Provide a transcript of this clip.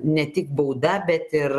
ne tik bauda bet ir